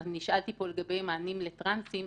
נשאלתי פה לגבי מענים לטרנסים.